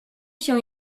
się